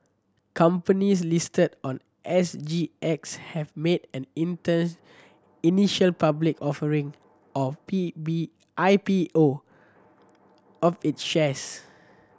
companies listed on S G X have made an interns initial public offering or P B I P O of its shares